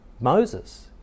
Moses